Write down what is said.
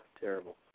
terrible